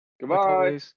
Goodbye